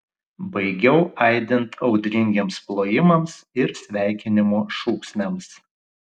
baigiau aidint audringiems plojimams ir sveikinimo šūksniams